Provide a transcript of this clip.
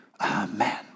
Amen